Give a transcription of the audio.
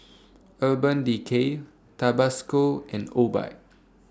Urban Decay Tabasco and Obike